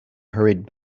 hurried